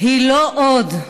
לא עוד.